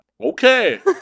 Okay